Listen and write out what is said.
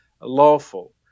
lawful